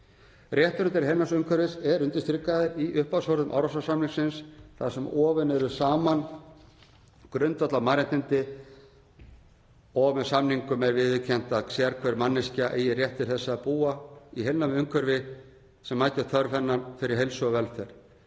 Rétturinn til heilnæms umhverfis er undirstrikaður í upphafsorðum Árósasamningsins þar sem ofin eru saman grundvallarmannréttindi og með samningnum er viðurkennt að sérhver manneskja eigi rétt til þess að búa í heilnæmu umhverfi sem mætir þörf hennar fyrir heilsu og velferð.